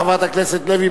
חברת הכנסת לוי,